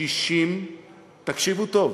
תקשיבו טוב,